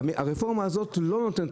הרפורמה הזאת לא נותנת